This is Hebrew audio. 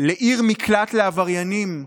לעיר מקלט לעבריינים,